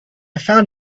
found